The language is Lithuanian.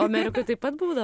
amerikoj taip pat būdavo